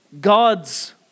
God's